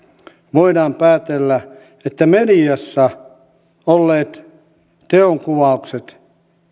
voidaan päätellä että mediassa olleet teonkuvaukset